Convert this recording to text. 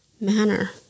manner